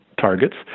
targets